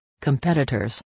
competitors